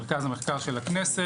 של מרכז המחקר של הכנסת,